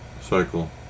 Cycle